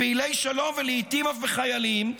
בפעילי שלום ולעיתים אף בחיילים,